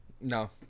No